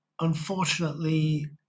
Unfortunately